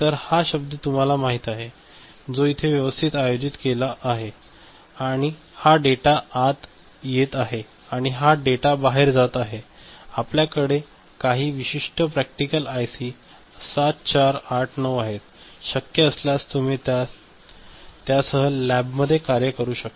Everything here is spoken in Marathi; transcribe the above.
तर हा शब्द तुम्हाला माहिती आहेतो इथे व्यवस्थित आयोजित केला आहे आणि हा डेटा आत येत आहे आणि हा डेटा बाहेर जात आहे आणि आपल्या कडे काही विशिष्ट प्रॅक्टिकल आयसी 7489 आहे शक्य असल्यास तुम्ही त्यासह लॅबमध्ये कार्य करू शकता